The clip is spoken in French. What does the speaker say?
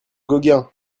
gauguin